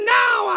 now